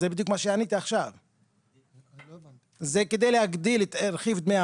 עורך דין בכור, יועץ משפטי בארגון חברות השמירה